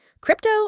Crypto